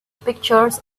pictures